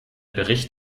bericht